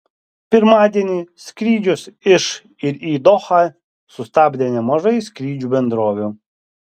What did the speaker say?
pirmadienį skrydžius iš ir į dohą sustabdė nemažai skrydžių bendrovių